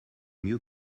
mieux